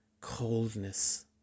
coldness